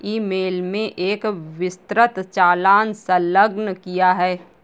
ई mail में एक विस्तृत चालान संलग्न किया है